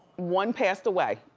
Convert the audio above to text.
one passed away.